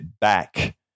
back